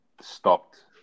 stopped